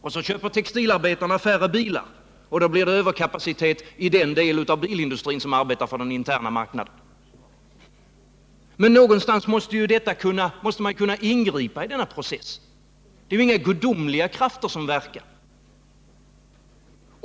Och så köper textilarbetarna färre bilar, och då blir det överkapacitet i den del av bilindustrin som arbetar på den interna marknaden. Men någonstans måste man ju kunna ingripa i denna process! Det är ju inga gudomliga krafter som verkar.